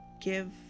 give